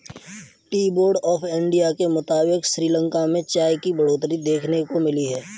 tea board of India के मुताबिक़ श्रीलंका में चाय की बढ़ोतरी देखने को मिली है